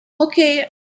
okay